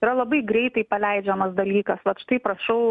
yra labai greitai paleidžiamas dalykas vat štai prašau